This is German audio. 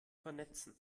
vernetzen